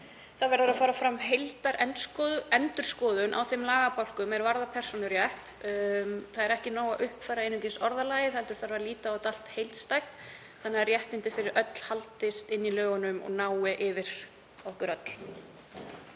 fara verður fram heildarendurskoðun á þeim lagabálkum er varða persónurétt. Það er ekki nóg að uppfæra einungis orðalagið heldur þarf að líta á þetta allt heildstætt þannig að réttindi fyrir öll haldist inni í lögunum og nái yfir okkur öll.